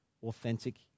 Authentic